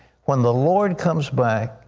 when the lord comes back,